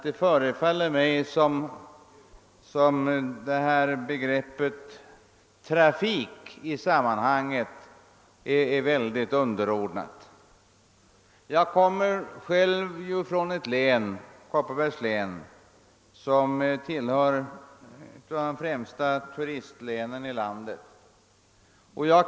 Det förefaller som om ledet »trafik«» i organisationens namn har mycket underordnad betydelse. Jag bor själv i Kopparbergs län, som är ett av de främsta turistlänen i landet.